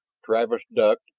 travis ducked,